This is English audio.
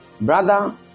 brother